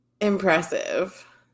impressive